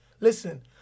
Listen